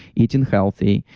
eating healthy,